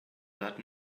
that